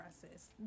process